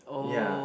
ya